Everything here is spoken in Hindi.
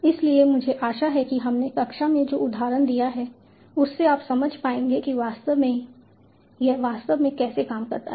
इसलिए मुझे आशा है कि हमने कक्षा में जो उदाहरण दिया है उससे आप समझ पाएंगे कि वास्तव में यह वास्तव में कैसे काम करता है